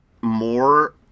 more